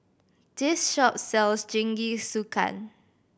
this shop sells Jingisukan